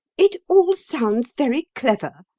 it all sounds very clever,